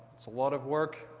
it's a lot of work,